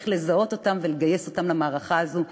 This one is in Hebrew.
צריך לזהות אותם ולגייס אותם למערכה הזו,